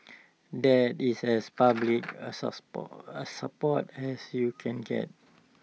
that is as public A A support as you can get